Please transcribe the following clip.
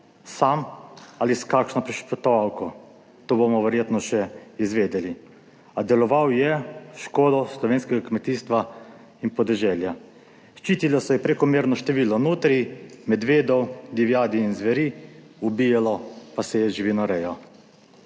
Sam ali s kakšno prišepetovalko, to bomo verjetno še izvedeli, a deloval je v škodo slovenskega kmetijstva in podeželja. Ščitilo se je prekomerno število nutrij, medvedov, divjadi in zveri, ubijalo pa se je z živinorejo.